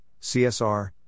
CSR